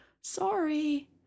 Sorry